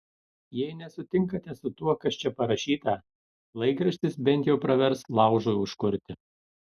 jei nesutinkate su tuo kas čia parašyta laikraštis bent jau pravers laužui užkurti